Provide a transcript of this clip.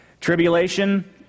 Tribulation